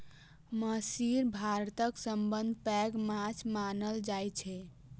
महसीर भारतक सबसं पैघ माछ मानल जाइ छै